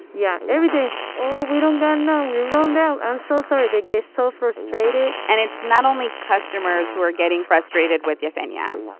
yeah, every day. oh, we don't got none. we run out. i'm so sorry. they get so frustrated and it's not only customers who are getting frustrated with yesenia.